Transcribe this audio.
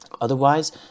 Otherwise